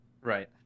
Right